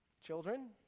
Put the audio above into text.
Children